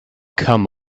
come